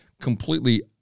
completely